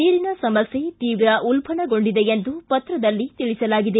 ನೀರಿನ ಸಮಸ್ಯೆ ತೀವ್ರ ಉಲ್ಬಣಗೊಂಡಿದೆ ಎಂದು ಪತ್ರದಲ್ಲಿ ತಿಳಿಸಲಾಗಿದೆ